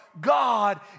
God